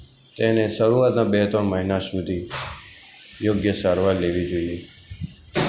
તેણે શરૂઆતના બે ત્રણ મહિના સુધી યોગ્ય સારવાર લેવી જોઈએ